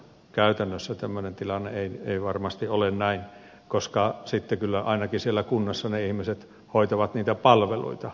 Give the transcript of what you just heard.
käytännössä tämmöinen tilanne ei varmasti ole näin koska sitten kyllä ainakin siellä kunnassa ne ihmiset hoitavat niitä palveluita